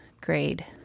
grade